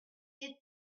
des